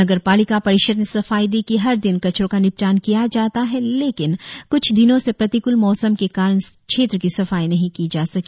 नगरपालिका परिषद ने सफाई दी कि हर दिन कचरो का निपटान किया जाता है लेकिन कुछ दिनों से प्रतिकुल मौसम के कारण क्षेत्र की सफाई नहीं की जा सकी